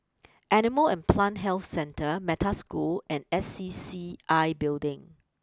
Animal and Plant Health Centre Metta School and S C C I Building